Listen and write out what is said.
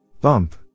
Bump